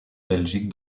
belgique